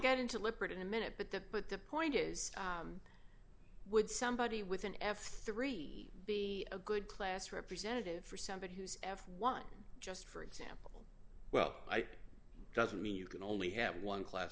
got into lippert in a minute but the but the point is would somebody with an f three be a good class representative for somebody who's f one just for example well i think doesn't mean you can only have one class